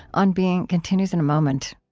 on being continues in a moment